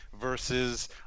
versus